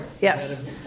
Yes